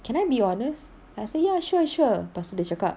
can I be honest I say ya sure sure lepas tu dia cakap